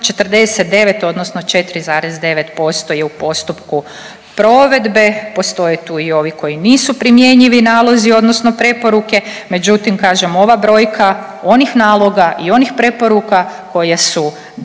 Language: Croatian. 49 odnosno 4,9% je u postupku provedbe, postoje tu i ovi koji nisu primjenjivi nalozi odnosno preporuke, međutim kažem ova brojka onih naloga i onih preporuka koje su izdane